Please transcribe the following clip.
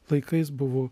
laikais buvo